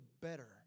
better